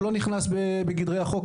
הוא לא נכנס בגדרי החוק,